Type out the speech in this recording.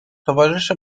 towarzysze